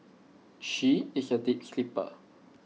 she is A deep sleeper